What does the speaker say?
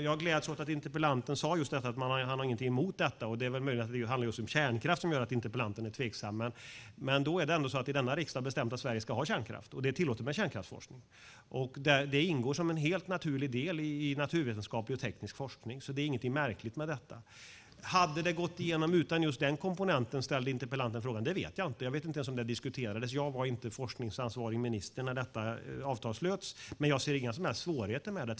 Jag gläds åt att interpellanten sade att han inte har någonting emot detta. Det är möjligen att det handlar just om kärnkraft som gör att interpellanten är tveksam. Men denna riksdag har bestämt att Sverige ska ha kärnkraft, och det är tillåtet med kärnkraftsforskning. Det ingår som en helt naturlig del i naturvetenskaplig och teknisk forskning. Det är inget märkligt med detta. Interpellanten ställde frågan: Hade det gått igenom utan just den komponenten? Det vet jag inte. Jag vet inte ens om det diskuterades. Jag var inte ansvarig minister när detta avtal slöts. Jag ser inga som helst svårigheter med det.